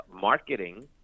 marketing